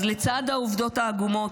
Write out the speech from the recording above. אז לצד העובדות העגומות,